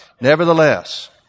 Nevertheless